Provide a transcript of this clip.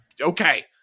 okay